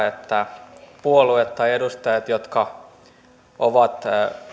että puolueet tai edustajat jotka ovat